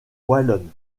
wallonne